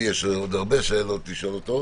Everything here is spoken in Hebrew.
לי יש עוד הרבה שאלות אליו.